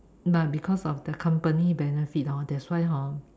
but because of the company benefits hor that's why hor